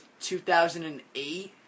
2008